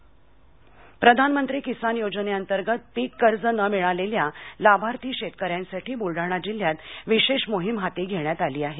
Buldhana PM Kisan योजनेअंतर्गत पीक कर्ज न मिळालेल्या लाभार्थी शेतकऱ्यांसाठी बुलडाणा जिल्ह्यात विशेष मोहिम हाती घेण्यात आली आहे